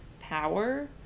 power